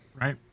right